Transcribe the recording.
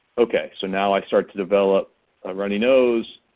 okay, so now i start to develop a runny nose.